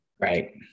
Right